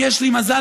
אם יש לי מזל,